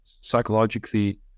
psychologically